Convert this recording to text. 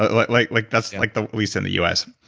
ah like like like that's like the least in the u s.